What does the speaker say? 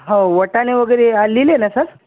हो वाटाणे वगैरे लिहिले ना सर